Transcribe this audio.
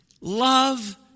Love